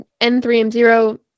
N3M0